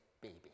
baby